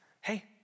hey